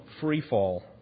freefall